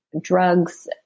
drugs